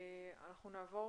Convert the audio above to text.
אנחנו נעבור